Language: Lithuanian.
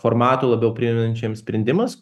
formatu labiau priimančiam sprendimus